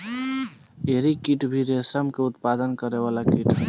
एरी कीट भी रेशम के उत्पादन करे वाला कीट ह